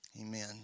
Amen